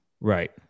Right